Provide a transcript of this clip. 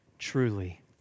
Truly